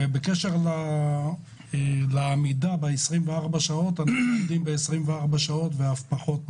בקשר לעמידה ב-24 שעות אנחנו עומדים ב-24 שעות ואף פחות מכך.